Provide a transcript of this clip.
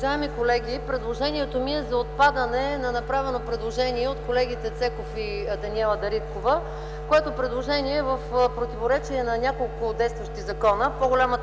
Уважаеми колеги, предложението ми е за отпадане на направено предложение от колегите Цеков и Даниела Дариткова, което предложение е в противоречие на няколко действащи закона, по-голямата